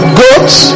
goats